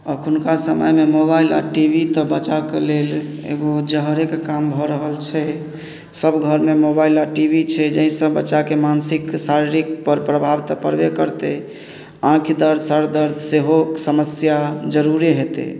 अखुनका समयमे मोबाइल आ टी वी तऽ बचाके लेल एगो जहरेक काम भऽ रहल छै सभ घरमे मोबाइल आ टी वी छै जाहिसँ बच्चाके मानसिक शारीरिक पर प्रभाव तऽ पड़बे करतै आँखि दर्द सर दर्द सेहो समस्या जरूरे हेतै